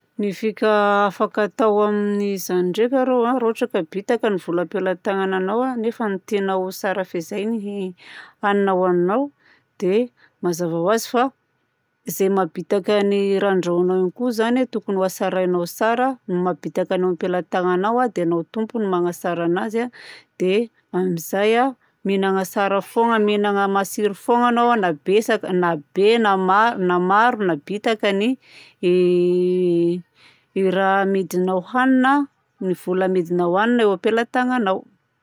Ny fika afaka atao amin'izany ndraika rô a raha ohatra ka bitaka ny vola am-pelatananao a nefa tianao ho tsara fehizay ny hanina ohaninao dia mazava ho azy fa izay mahabitaka ny raha andrahoinao igny koa izany a tokony ho hatsarainao tsara ny mahabitaka ny eo ampelatananao a dia ianao tompony no magnatsara anazy a dia amin'izay a mihinagna tsara fôgna mihignana matsiro fôgna anao na betsaka na be na maro na maro na bitaka ny ny raha amidinao hanigna; ny vola amidinao hanigna eo ampelatananao.